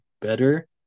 better